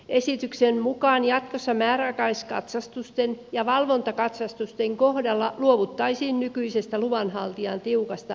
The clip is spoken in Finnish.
esityksen mukaan jatkossa määräaikaiskatsastusten ja valvontakatsastusten kohdalla luovuttaisiin nykyisestä luvanhaltijan tiukasta riippumattomuudesta